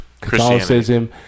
Catholicism